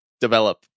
develop